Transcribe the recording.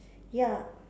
ya